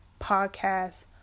podcast